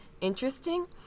interesting